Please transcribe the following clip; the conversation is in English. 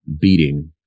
beating